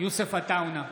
יוסף עטאונה,